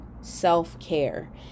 self-care